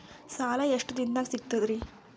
ಸಾಲಾ ಎಷ್ಟ ದಿಂನದಾಗ ಸಿಗ್ತದ್ರಿ?